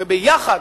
וביחד,